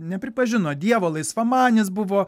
nepripažino dievo laisvamanis buvo